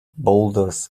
boulders